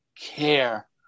care